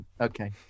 okay